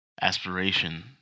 aspiration